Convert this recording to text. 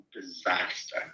disaster